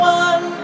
one